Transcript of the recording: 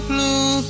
Blue